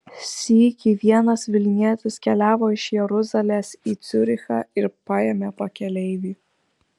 sykį vienas vilnietis keliavo iš jeruzalės į ciurichą ir paėmė pakeleivį